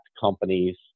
companies